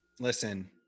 Listen